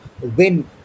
win